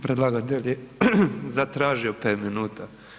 Predlagatelj je zatražio 5 minuta.